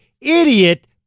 idiot